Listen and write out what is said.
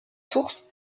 sources